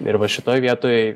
ir va šitoj vietoj